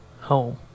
Home